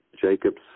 Jacob's